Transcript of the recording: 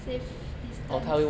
safe distance